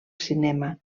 cinema